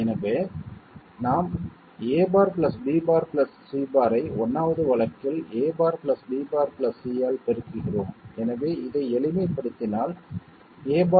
எனவே நாம் a' b' c' ஐ 1 வது வழக்கில் a' b' c ஆல் பெருக்குகிறோம் எனவே இதை எளிமைப்படுத்தினால் a'